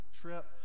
trip